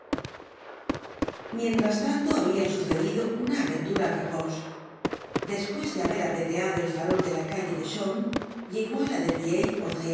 mientras tanto habia sucedido una aventura á gavroche despues de haber apedreado el farol de la calle de chaume llegó á la